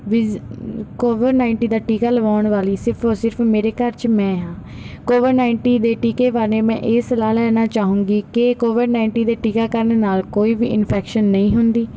ਵਿਜ਼ COVID nineteen ਦਾ ਟੀਕਾ ਲਵਾਉਣ ਵਾਲੀ ਸਿਰਫ ਔਰ ਸਿਰਫ ਮੇਰੇ ਘਰ 'ਚ ਮੈਂ ਹਾਂ ਕੋਵਿਡ ਨਾਈਨਟੀਨ ਦੇ ਟੀਕੇ ਬਾਰੇ ਮੈਂ ਇਹ ਸਲਾਹ ਲੈਣਾ ਚਾਹੂੰਗੀ ਕਿ ਕੋਵਿਡ ਨਾਈਨਟੀਨ ਦੇ ਟੀਕਾਕਰਨ ਨਾਲ ਕੋਈ ਵੀ ਇਨਫੈਕਸ਼ਨ ਨਹੀਂ ਹੁੰਦੀ